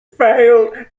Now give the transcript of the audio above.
failed